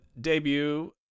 debut